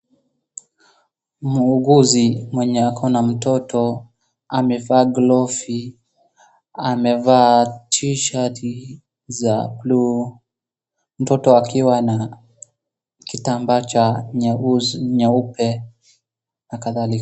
Muuguzi mwenye ako na mtoto amevaa gloves , amevaa tishati za blue, mtoto akiwa na kitambaa cha nyeupe na kadhalika.